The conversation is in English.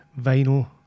vinyl